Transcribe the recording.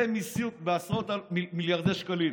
זה מיסים במיליארדי שקלים.